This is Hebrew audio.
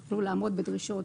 הם יוכלו לעמוד בדרישות